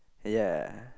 ya